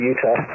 Utah